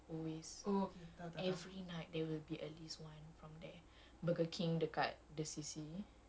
like order food from it's always like those fast food places it's always the macs yang dekat the interchange always